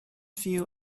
few